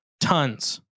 Tons